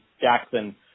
Jackson